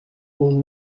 will